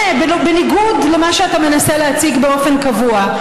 בניגוד למה שאתה מנסה להציג באופן קבוע,